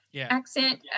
accent